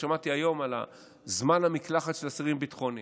שמעתי היום על זמן המקלחת של אסירים ביטחוניים,